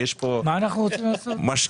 לא כל כך חשובים להם אותם 970